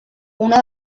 una